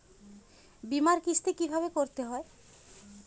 বিমার কিস্তি কিভাবে করতে হয়?